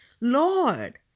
Lord